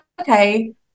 okay